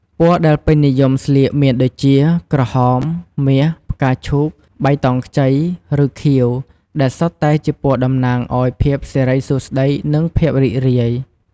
ពណ៌ដែលនិយមស្លៀកមានដូចជា ក្រហម មាស ផ្កាឈូក បៃតងខ្ចី ឬខៀវ ដែលសុទ្ធតែជាពណ៌តំណាងឱ្យភាពសិរីសួស្តី និងភាពរីករាយ។